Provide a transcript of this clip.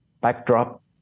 backdrop